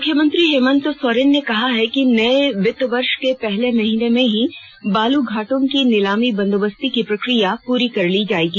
मुख्यमंत्री हेमंत सोरेन ने कहा है कि नये वित्तीय वर्ष के पहले महीने में ही बाल घाटों की नीलामी बंदोबस्ती की प्रक्रिया पूरी कर ली जायेगी